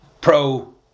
pro